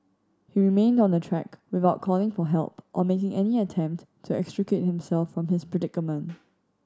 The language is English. he remained on the track without calling for help or making any attempt to extricate himself from his predicament